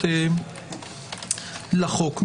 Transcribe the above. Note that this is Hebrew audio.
לחוק.